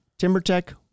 Timbertech